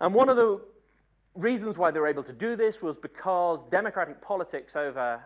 um one of the reasons why they're able to do this was because democratic politics over